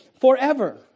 forever